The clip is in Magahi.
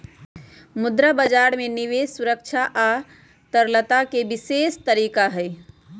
मुद्रा बजार में निवेश सुरक्षा आ तरलता के विशेष तरीका हई